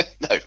No